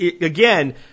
Again